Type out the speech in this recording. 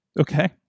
Okay